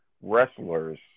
wrestlers